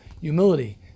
humility